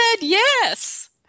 yes